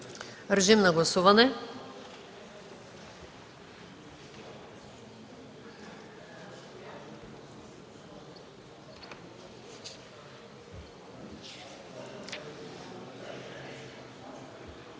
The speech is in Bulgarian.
режим на гласуване.